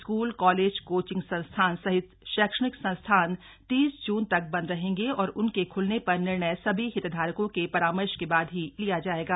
school college coaching संस्थान सहित शैक्षणिक संस्थान तीस जून तक बंद रहेंगे और उनके खुलने पर निर्णय सभी हितधारकों के परामर्श के बाद ही लिया जाएगा